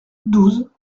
douze